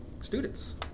students